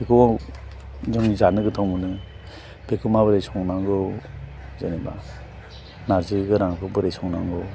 बेखौ जों जानो गोथाव मोनो बेखौ माबोरै संनांगौ जेनेबा नारजि गोरानखौ बोरै संनांगौ